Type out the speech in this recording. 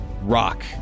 rock